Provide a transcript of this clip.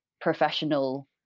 professional